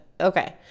okay